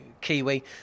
Kiwi